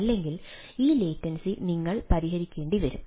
അല്ലെങ്കിൽ ഈ ലേറ്റൻസി നിങ്ങൾ പരിഹരികേണ്ടി വരും